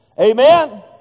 Amen